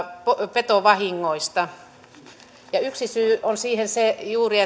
petovahingoista yksi ongelma on juuri